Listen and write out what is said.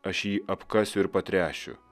aš jį apkasiu ir patręšiu